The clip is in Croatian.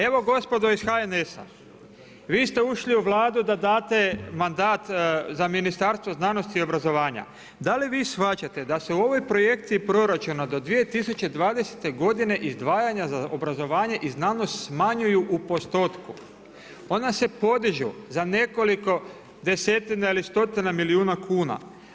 Evo gospodo iz HNS-a vi ste ušli u Vladu da date mandat za Ministarstvo znanosti i obrazovanja, da li vi shvaćate da se u ovoj projekciji proračuna do 2020. godine izdvajanja za obrazovanje i znanost smanjuju u postotku, ona se podižu za nekoliko desetina ili stotina milijuna kuna.